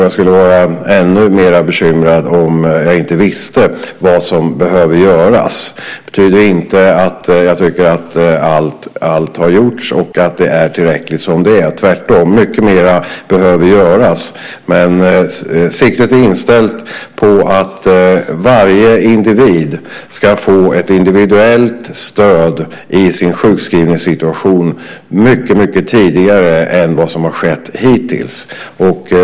Jag skulle vara ännu mer bekymrad om jag inte visste vad som behöver göras. Det betyder inte att jag tycker att allt har gjorts och att det är tillräckligt som det är. Tvärtom behöver mycket mer göras. Siktet är inställt på att varje individ ska få ett individuellt stöd i sin sjukskrivningssituation mycket tidigare än vad som har skett hittills.